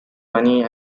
money